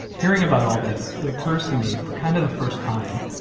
hearing about all this, it occurs to me, for kind of the first time,